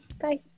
bye